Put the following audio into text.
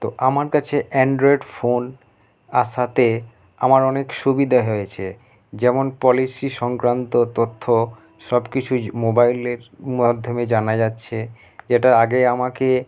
তো আমার কাছে অ্যান্ড্রয়েড ফোন আসাতে আমার অনেক সুবিধা হয়েছে যেমন পলিসি সংক্রান্ত তথ্য সব কিছুই মোবাইলের মাধ্যমে জানা যাচ্ছে যেটা আগে আমাকে